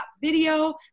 video